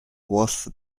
was